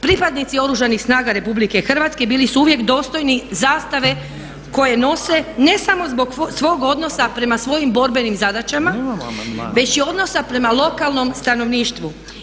Pripadnici Oružanih snaga RH bili su uvijek dostojni zastave koje nose, ne samo zbog svog odnosa prema svojim borbenim zadaćama, već i odnosa prema lokalnom stanovništvu.